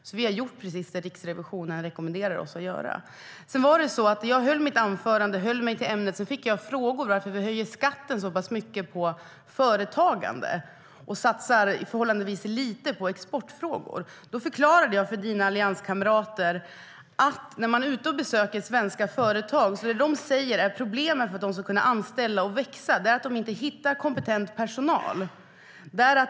Så vi har gjort precis det som Riksrevisionen rekommenderade oss att göra.I mitt anförande höll jag mig till ämnet, men sedan fick jag frågor om varför vi höjer skatten så mycket på företagande och satsar förhållandevis lite på exportfrågor. Då förklarade jag för dina allianskamrater att problemet för svenska företag är att de inte hittar kompetent personal för att de ska kunna anställa och växa.